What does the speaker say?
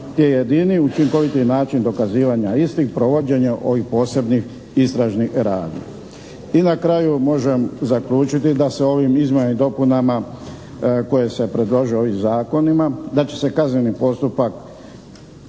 i jedini i učinkovitiji način dokazivanja istih je provođenje ovih posebnih istražnih radnji. I na kraju mogu zaključiti da se ovim izmjenama i dopunama koje se predlažu ovim zakonima, da će se kazneni postupak